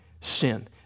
sin